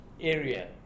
area